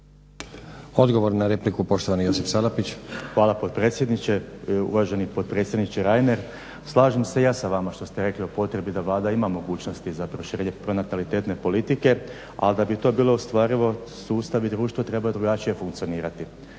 Odgovor na repliku, poštovani Josip Salapić. **Salapić, Josip (HDSSB)** Uvaženi potpredsjedniče Reiner. Slažem se i ja sa vama što ste rekli o potrebi da Vlada ima mogućnosti za proširenje pronatalitetne politike al da bi to bilo ostvarivo sustav i društvo treba drugačije funkcionirati.